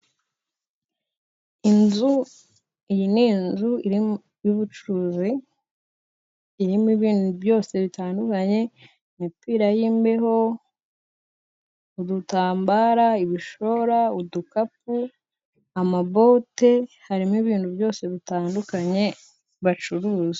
Iyi ni inzu y'ubucuruzi, irimo ibintu byose bitandukanye, imipira y'imbeho, udutambaro, ibishora, udukapu, amabote. Harimo ibintu byose bitandukanye bacuruza.